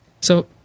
So-